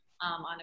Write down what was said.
on